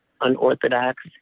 unorthodox